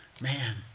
man